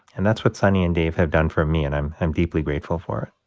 and that's what sonny and dave have done for me, and i'm i'm deeply grateful for it